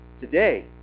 Today